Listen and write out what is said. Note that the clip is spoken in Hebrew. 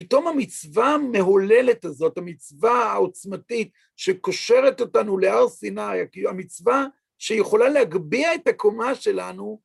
ופתאום המצווה המהוללת הזאת, המצווה העוצמתית שקושרת אותנו להר סיני, המצווה שיכולה להגביה את הקומה שלנו.